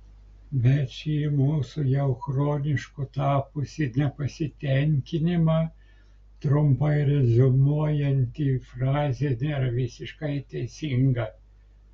bet ši mūsų jau chronišku tapusį nepasitenkinimą trumpai reziumuojanti frazė nėra visiškai teisinga